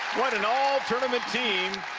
what an all tournament team,